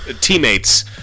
teammates